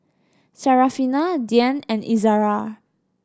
Syarafina Dian and Izara